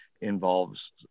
involves